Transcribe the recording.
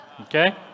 Okay